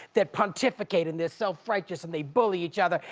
they're pontificating, they're self-righteous, and they bully each other.